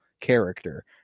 character